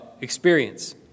experience